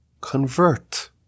convert